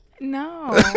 no